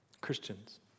Christians